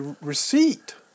receipt